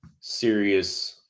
Serious